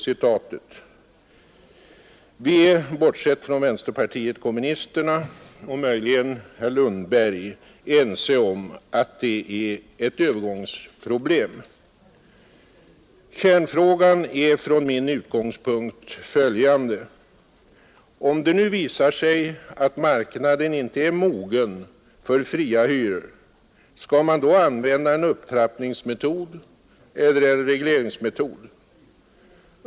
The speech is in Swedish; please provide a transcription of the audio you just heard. Vi är — bortsett från vänsterpartiet kommunisterna och möjligen herr Lundberg — ense om att det är ett övergångsproblem. Kärnfrågan är från min utgångspunkt följande. Om det nu visar sig att marknaden inte är mogen för fria hyror, skall man då använda en upptrappningsmetod eller en regleringsmetod?